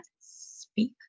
speak